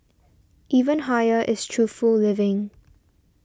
even higher is truthful living